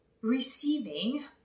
receiving